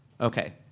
Okay